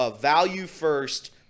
value-first